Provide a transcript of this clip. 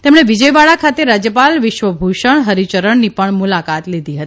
તેમણે વિજયવાડા ખાતે રાજયપાલ વિશ્વભૂષણ હરિચરણની પણ મુલાકાત લીધી હતી